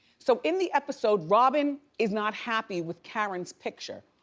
so in the episode, robin is not happy with karen's picture.